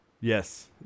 Yes